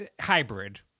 Hybrid